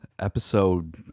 episode